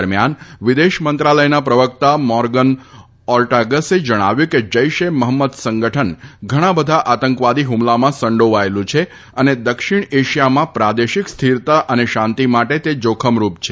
દરમિયાન વિદેશ મંત્રાલયના પ્રવકતા મોર્ગન ઓર્ટાગસે જણાવ્યું છે કે જૈશ એ મહંમદ સંગઠન ઘણા બધા આતંકવાદી હુમલામાં સંડોવાયેલું છે અને દક્ષિણ એશિયામાં પ્રાદેશિક સ્થિરતા અને શાંતિ માટે તે જોખમરૂપ છે